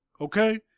Okay